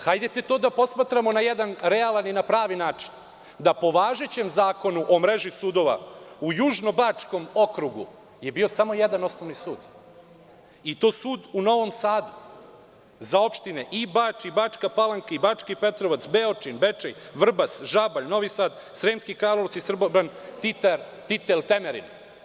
Hajde to da posmatramo na jedan realan i na pravi način, da po važećem Zakonu o mreži sudova u Južno Bačkom okrugu je bio samo jedan osnovni sud i to sud u Novom Sadu za opštine i Bač i Bačka Palanka i Bački Petrovac, Beočin, Bečej, Vrbas, Žabalj, Novi Sad, Sremski Karlovci, Srbobran, Titel, Temerin.